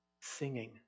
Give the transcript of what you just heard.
singing